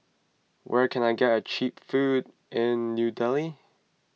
where can I get Cheap Food in New Delhi